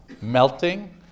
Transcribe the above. melting